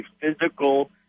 physical